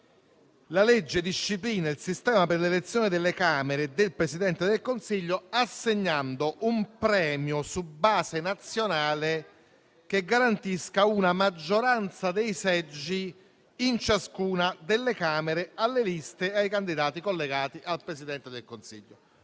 la legge disciplina il sistema per l'elezione delle Camere e del Presidente del Consiglio, assegnando un premio su base nazionale che garantisca una maggioranza dei seggi in ciascuna delle Camere alle liste e ai candidati collegati al Presidente del Consiglio.